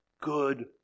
Good